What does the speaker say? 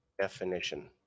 definition